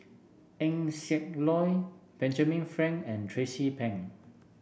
Eng Siak Loy Benjamin Frank and Tracie Pang